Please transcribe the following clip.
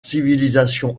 civilisation